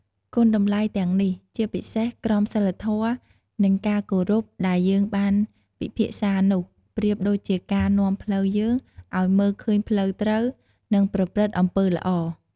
គុណតម្លៃទាំងនេះ ជាពិសេសក្រមសីលធម៌ និងការគោរពដែលយើងបានពិភាក្សានោះ ប្រៀបដូចជាការនាំផ្លូវយើងឲ្យមើលឃើញផ្លូវត្រូវ និងប្រព្រឹត្តអំពើល្អ។